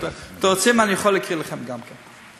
אם אתם רוצים, אני יכול להקריא לכם גם כן.